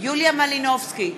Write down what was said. יוליה מלינובסקי,